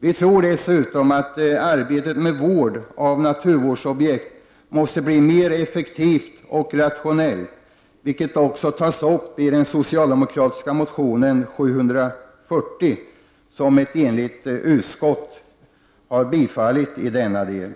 Vi tror dessutom att arbetet med vård av naturvårdsobjekt måste bli mer effektivt och rationellt. Detta tas också upp i den socialdemokratiska motionen Jo740, som ett enigt utskott har tillstyrkt i denna del.